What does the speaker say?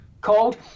called